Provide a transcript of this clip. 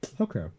Okay